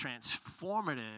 transformative